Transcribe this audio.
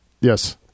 Yes